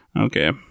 Okay